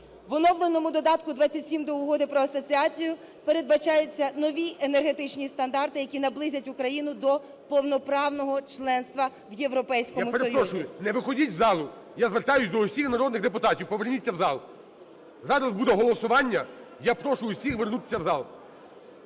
В оновленому Додатку XXVII до Угоди про асоціацію передбачаються нові енергетичні стандарти, які наблизять Україну до повноправного членства в Європейському Союзі. ГОЛОВУЮЧИЙ. Я перепрошую, не виходіть із залу. Я звертаюся до усіх народних депутатів, поверніться в зал. Зараз буде голосування. Я прошу всіх вернутися в зал.